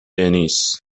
دنیس